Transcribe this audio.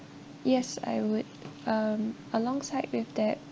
yes I would um alongside with that